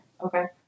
Okay